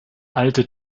alte